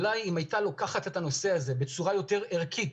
אם הייתה לוקחת את הנושא הזה בצורה יותר ערכית